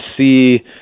see